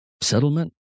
settlement